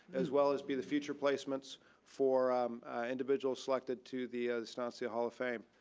as well as be the feature placements for individual selected to the estancia hall of fame.